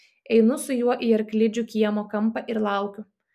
einu su juo į arklidžių kiemo kampą ir laukiu